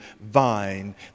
vine